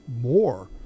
more